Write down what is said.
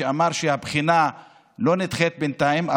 שאמר שהבחינה לא נדחית בינתיים,